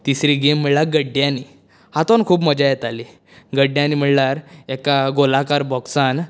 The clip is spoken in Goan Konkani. तिसरी गॅम म्हणळ्यार गड्ड्यांनी हातूंत खूब मजा येताली गड्ड्यांनी म्हणल्यार एका गोलाकार बॉक्सांत